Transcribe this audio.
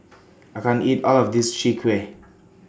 I can't eat All of This Chwee Kueh